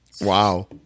wow